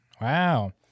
Wow